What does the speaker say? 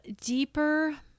deeper